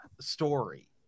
story